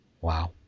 Wow